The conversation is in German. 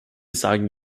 sagen